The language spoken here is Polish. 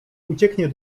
ucieknie